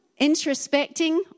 Introspecting